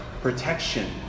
protection